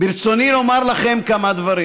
ברצוני לומר לכם כמה דברים.